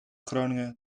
groningen